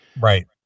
Right